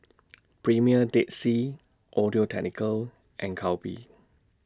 Premier Dead Sea Audio Technica and Calbee